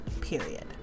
period